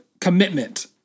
Commitment